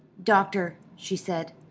doctor, she said,